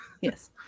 yes